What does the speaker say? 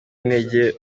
intege